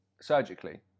surgically